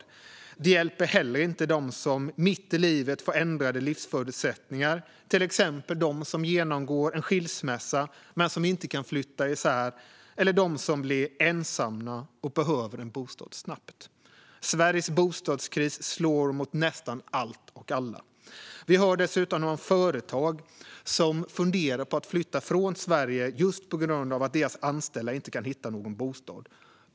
Och det hjälper inte dem som mitt i livet får ändrade livsförutsättningar, till exempel de som genomgår en skilsmässa men som inte kan flytta isär eller de som blir ensamma och behöver en bostad snabbt. Sveriges bostadskris slår mot nästan allt och alla. Vi hör dessutom om företag som funderar på att flytta från Sverige just på grund av att deras anställda inte kan hitta någon bostad.